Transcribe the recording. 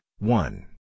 One